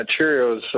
Cheerios